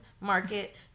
market